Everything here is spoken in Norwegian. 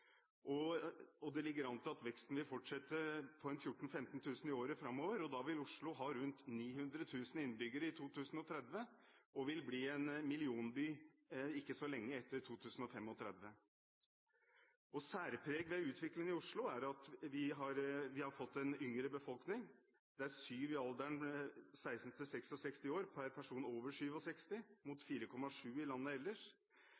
Det ligger an til at veksten vil fortsette med 14 000–15 000 i året framover. Da vil Oslo ha rundt 900 000 innbyggere i 2030 og vil bli en millionby ikke så lenge etter 2035. Særpreg ved utviklingen i Oslo er at vi har fått en yngre befolkning – det er 7 personer i alderen 16–66 år per person over 67 år, mot 4,7 i landet ellers